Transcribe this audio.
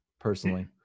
personally